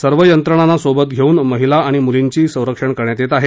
सर्व यंत्रणांना सोबत घेऊन महिला अणि मूलींचं संरक्षण करण्यात येत आहे